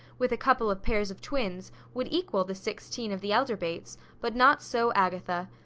with a couple of pairs of twins, would equal the sixteen of the elder bates but not so agatha.